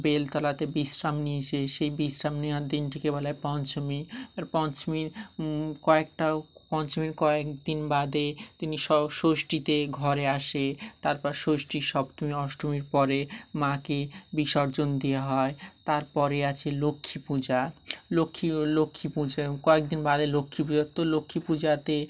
বেলতলাতে বিশ্রাম নিয়েছে সেই বিশ্রাম নেওয়ার দিনটিকে বলা হয় পঞ্চমী আর পঞ্চমীর কয়েকটা পঞ্চমীর কয়েক দিন বাদে তিনি ষ ষষ্ঠীতে ঘরে আসে তারপর ষষ্ঠী সপ্তমী অষ্টমীর পরে মাকে বিসর্জন দেওয়া হয় তার পরে আছে লক্ষ্মী পূজা লক্ষ্মী লক্ষ্মী পূজা কয়েক দিন বাদে লক্ষ্মীপুজো তো লক্ষ্মী পূজাতে